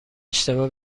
اشتباه